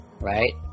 right